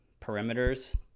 perimeters